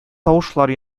тавышлар